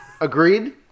Agreed